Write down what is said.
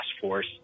force